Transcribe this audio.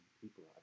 people